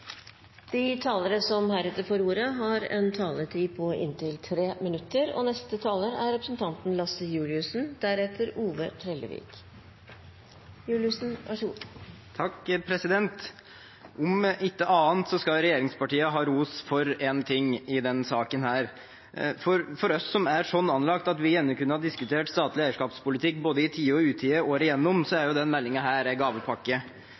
De talere som heretter får ordet, har en taletid på inntil 3 minutter. Om ikke annet så skal regjeringspartiene har ros for én ting i denne saken: For oss som er slik anlagt at vi gjerne kunne ha diskutert statlig eierskapspolitikk både i tide og utide året igjennom, er denne meldingen en gavepakke.